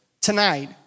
tonight